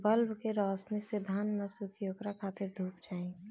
bulb के रौशनी से धान न सुखी ओकरा खातिर धूप चाही